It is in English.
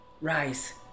rise